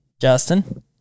Justin